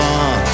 on